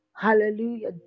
hallelujah